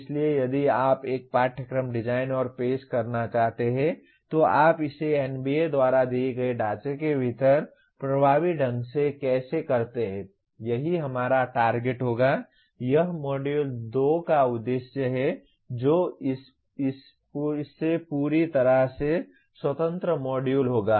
इसलिए यदि आप एक पाठ्यक्रम डिजाइन और पेश करना चाहते हैं तो आप इसे NBA द्वारा दिए गए ढांचे के भीतर प्रभावी ढंग से कैसे करते हैं यही हमारा टारगेट होगा यह मॉड्यूल 2 का उद्देश्य है जो इस से पूरी तरह से स्वतंत्र मॉड्यूल होगा